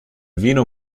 vino